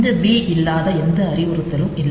இந்த பி இல்லாத எந்த அறிவுறுத்தலும் இல்லை